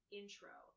intro